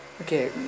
Okay